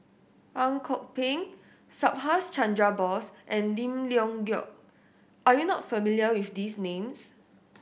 Ang Kok Peng Subhas Chandra Bose and Lim Leong Geok are you not familiar with these names